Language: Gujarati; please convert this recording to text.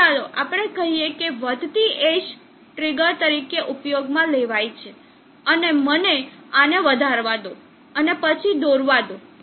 તો ચાલો આપણે કહીએ કે વધતી એજ ટ્રિગર તરીકે ઉપયોગમાં લેવાય છે હવે મને આને વધારવા દો અને પછી દોરવા દો